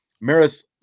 Maris